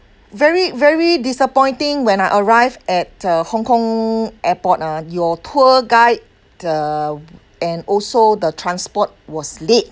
very very disappointing when I arrived at uh hong kong airport ah your tour guide the and also the transport was late